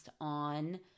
on